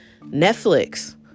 Netflix